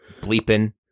bleeping